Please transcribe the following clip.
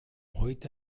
heute